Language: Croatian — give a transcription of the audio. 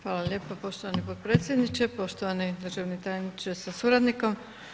Hvala lijepa poštovani potpredsjedniče, poštovani državni tajniče sa suradnikom.